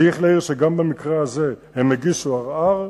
צריך להעיר שגם במקרה הזה הם הגישו ערר,